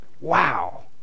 Wow